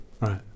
Right